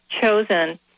chosen